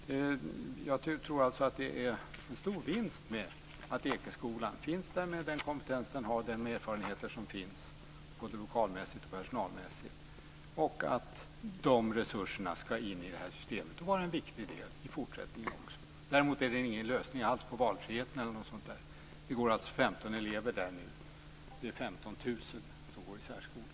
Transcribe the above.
Jag tror alltså att det är en stor vinst att Ekeskolan finns där, med den kompetens och de erfarenheter den har, både lokalmässigt och personalmässigt, och att de resurserna ska in i det här systemet och vara en viktig del i fortsättningen också. Däremot är det ingen lösning alls i fråga om valfriheten. Det går alltså 15 elever där nu. Det är 15 000 som går i särskolan.